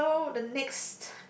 okay so the next